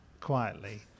quietly